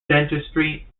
dentistry